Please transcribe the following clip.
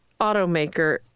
automaker